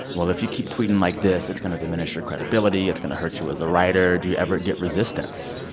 well, if you keep tweeting like this, it's going to diminish your credibility, it's going to hurt you as a writer? do you ever get resistance?